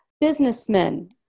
businessmen